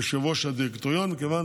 כיושב-ראש דירקטוריון, מכיוון